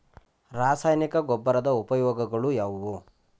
ರಾಸಾಯನಿಕ ಗೊಬ್ಬರದ ಉಪಯೋಗಗಳು ಯಾವುವು?